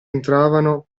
entravano